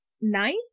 nice